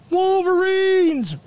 Wolverines